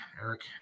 Eric